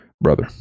brother